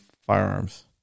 firearms